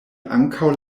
ankaŭ